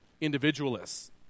individualists